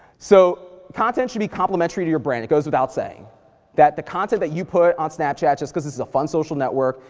so content should be complementary to your brand. it goes without saying that the content that you put on snapchat, just cause this is a fun social network,